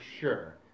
sure